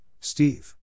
Steve